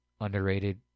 underrated